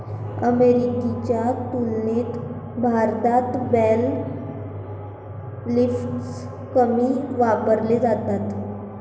अमेरिकेच्या तुलनेत भारतात बेल लिफ्टर्स कमी वापरले जातात